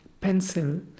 pencil